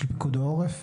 של פיקוד העורף?